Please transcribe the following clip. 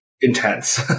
intense